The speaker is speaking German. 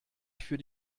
für